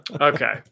Okay